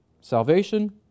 salvation